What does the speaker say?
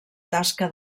tasca